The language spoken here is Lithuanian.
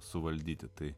suvaldyti tai